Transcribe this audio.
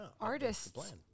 artists